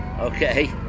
Okay